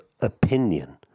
opinion